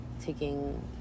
taking